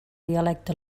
dialecte